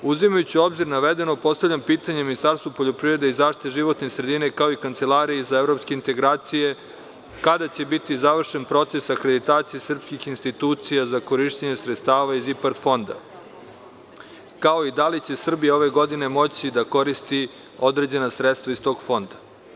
Uzimajući u obzir navedeno, postavljam pitanje Ministarstvu poljoprivrede i zaštiti životne sredine, kao i Kancelariji za evropske integracije, kada će biti završen proces akreditacije srpskih institucija za korišćenje sredstava iz IPARD fonda, kao i da li će Srbija ove godine moći da koriste određena sredstva Fonda?